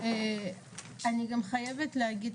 אני גם חייבת להגיד,